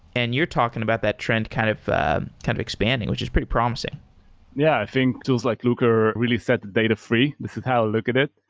and you're talking about that trend kind of ah kind of expanding, which is pretty promising yeah. i think tools like lookr really set the data free. this is how we look at it.